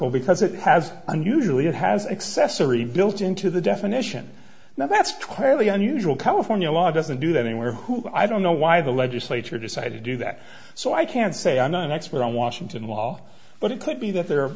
al because it has and usually it has accessory built into the definition now that's clearly unusual california law doesn't do that anywhere who i don't know why the legislature decided to do that so i can't say i'm not an expert on washington law but it could be that there are